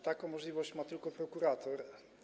Taką możliwość ma tylko prokurator.